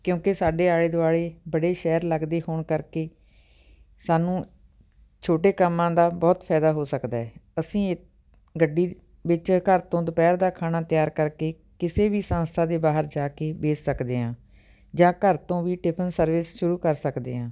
ਕਿਉਂਕਿ ਸਾਡੇ ਆਲੇ ਦੁਆਲੇ ਬੜੇ ਸ਼ਹਿਰ ਲੱਗਦੇ ਹੋਣ ਕਰਕੇ ਸਾਨੂੰ ਛੋਟੇ ਕੰਮਾਂ ਦਾ ਬਹੁਤ ਫਾਇਦਾ ਹੋ ਸਕਦਾ ਹੈ ਅਸੀਂ ਗੱਡੀ ਵਿੱਚ ਘਰ ਤੋਂ ਦੁਪਹਿਰ ਦਾ ਖਾਣਾ ਤਿਆਰ ਕਰਕੇ ਕਿਸੇ ਵੀ ਸੰਸਥਾ ਦੇ ਬਾਹਰ ਜਾ ਕੇ ਵੇਚ ਸਕਦੇ ਹਾਂ ਜਾਂ ਘਰ ਤੋਂ ਵੀ ਟਿਫਨ ਸਰਵਿਸ ਸ਼ੁਰੂ ਕਰ ਸਕਦੇ ਹਾਂ